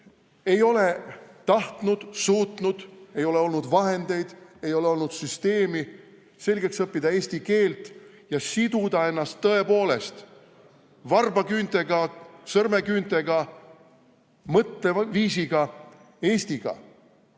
ei ole tahtnud, suutnud – ei ole olnud vahendeid, ei ole olnud süsteemi – selgeks õppida eesti keelt ja siduda ennast tõepoolest varbaküüntega, sõrmeküüntega, mõtteviisiga Eestiga,